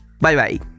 Bye-bye